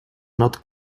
not